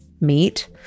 meat